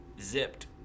zipped